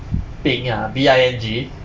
bing ah B I N G